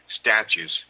statues